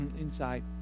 inside